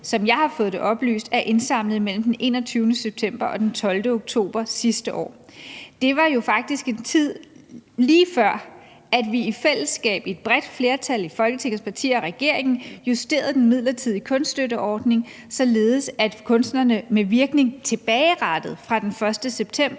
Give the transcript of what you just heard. som jeg har fået det oplyst, er indsamlet mellem den 21. september og den 12. oktober sidste år. Det var jo faktisk i en tid, der lå, lige før vi i fællesskab, et bredt flertal af Folketingets partier og regeringen, justerede den midlertidige kunststøtteordning, således at kunstnerne med virkning tilbagerettet fra den 1. september